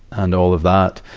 and all of that.